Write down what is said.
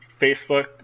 facebook